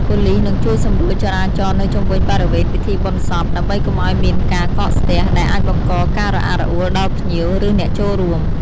ប៉ូលីសនឹងជួយសម្រួលចរាចរណ៍នៅជុំវិញបរិវេណពិធីបុណ្យសព ដើម្បីកុំឲ្យមានការកកស្ទះ ដែលអាចបង្កការរអាក់រអួលដល់ភ្ញៀវ ឬអ្នកចូលរួម។